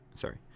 sorry